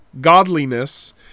godliness